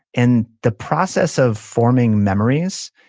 and the process of forming memories,